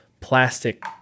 plastic